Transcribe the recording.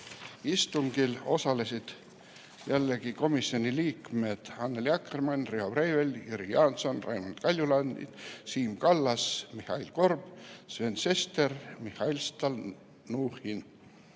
istungil osalesid jällegi komisjoni liikmed Annely Akkermann, Riho Breivel, Jüri Jaanson, Raimond Kaljulaid, Siim Kallas, Mihhail Korb, Sven Sester ja Mihhail Stalnuhhin